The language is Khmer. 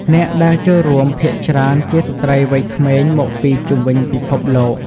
អ្នកដែលចូលរួមភាគច្រើនជាស្រ្តីវ័យក្មេងមកពីជុំវិញពិភពលោក។